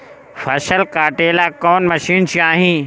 फसल काटेला कौन मशीन चाही?